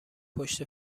پشت